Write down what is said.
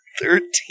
Thirteen